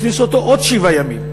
הכניס אותו עוד שבעה ימים.